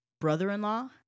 brother-in-law